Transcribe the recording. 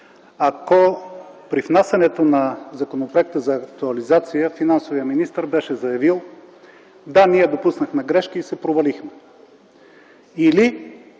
ако при внасянето на законопроекта за актуализация, финансовият министър беше заявил – да, ние допуснахме грешки и се провалихме, или